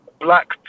Black